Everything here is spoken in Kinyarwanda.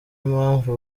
impamvu